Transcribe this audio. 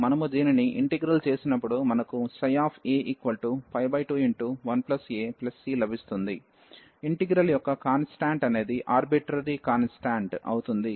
మనము దీనిని ఇంటిగ్రల్ చేసినప్పుడు మనకు a21a cలభిస్తుంది ఇంటిగ్రల్ యొక్క కాన్స్టాంట్ అనేది ఆర్బిట్రరీ కాన్స్టాంట్ అవుతుంది